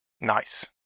Nice